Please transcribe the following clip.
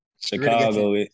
Chicago